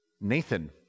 Nathan